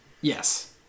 Yes